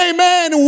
Amen